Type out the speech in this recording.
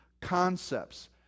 concepts